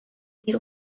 დიდ